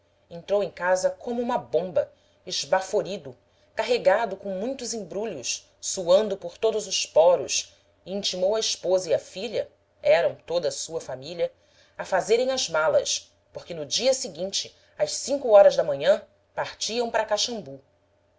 entrou em casa como uma bomba esbaforido carregado com muitos embrulhos suando por todos os poros e intimou a esposa e a filha eram toda a sua família a fazerem as malas porque no dia seguinte às cinco horas da manhã partiam para caxambu